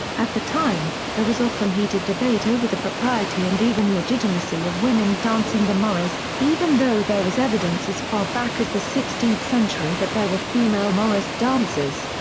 at the time, there was often heated debate over the propriety and even legitimacy of women dancing the morris, even though there is evidence as far back as the sixteenth century that there were female morris dancers.